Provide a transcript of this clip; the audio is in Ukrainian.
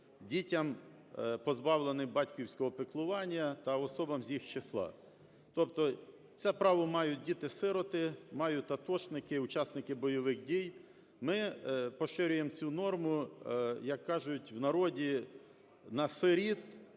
дітям, позбавленим батьківського піклування, та особам з їх числа. Тобто це право мають діти-сироти, мають атошники, учасники бойових дій. Ми поширюємо цю норму, як кажуть в народі, на сиріт